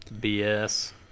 BS